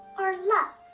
or love,